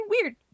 weird